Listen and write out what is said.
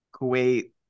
kuwait